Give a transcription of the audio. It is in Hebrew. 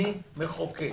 אני מחוקק,